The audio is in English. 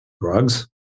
Drugs